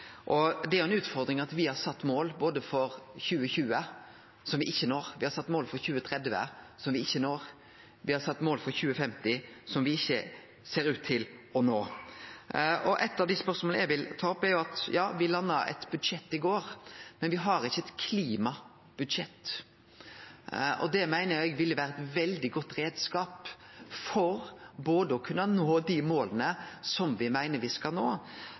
Det er ei utfordring at me har sett oss mål for 2020 som me ikkje når, me har sett oss mål for 2030 som me ikkje når, og me har sett oss mål for 2050 som me ikkje ser ut til å nå. Eit av dei spørsmåla eg vil ta opp, handlar om at me landa eit budsjett i går, men me har ikkje eit klimabudsjett. Det meiner eg ville vore ein veldig god reiskap for å kunne nå dei måla me meiner me skal nå.